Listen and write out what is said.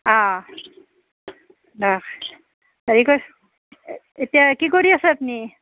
দক হেৰি এতিয়া কি কৰি আছে আপুনি